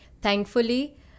thankfully